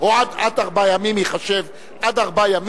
או עד ארבעה ימים ייחשב על חשבון,